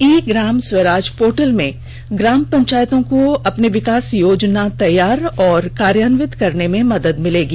ई Gram Swarajya portal में ग्राम पंचायतों को अपनी विकास योजना तैयार और कार्यान्वित करने में मदद मिलेगी